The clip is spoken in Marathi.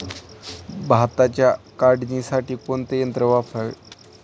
भाताच्या काढणीसाठी कोणते यंत्र वापरावे?